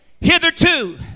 Hitherto